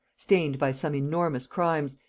stained by some enormous crimes,